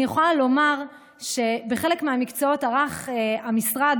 אני יכולה לומר שבחלק מהמקצועות ערך המשרד